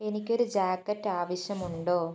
എനിക്ക് ഒരു ജാക്കറ്റ് ആവശ്യമുണ്ടോ